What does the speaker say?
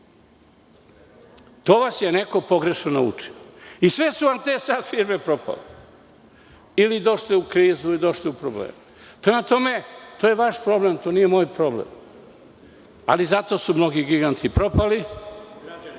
To vas je neko pogrešno naučio i sve te firme su vam sada propale ili došle u krizu ili došle u probleme. Prema tome, to je vaš problem, to nije moj problem. Ali, zato su mnogi giganti propali, građani